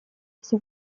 все